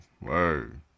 word